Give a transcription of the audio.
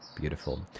Beautiful